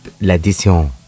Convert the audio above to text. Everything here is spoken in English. L'addition